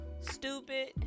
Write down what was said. stupid